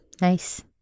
Nice